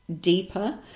deeper